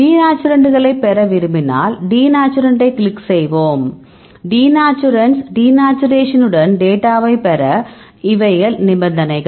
டிநேச்சுரண்ட்களைப் பெற விரும்பினால் டிநேச்சுரண்ட்டைக் கிளிக் செய்வோம் டிநேச்சுரண்ட்ஸ் டிநேச்சுரேஷனுடன் டேட்டாவை பெற இவை நிபந்தனைகள்